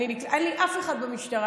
אין לי אף אחד במשטרה,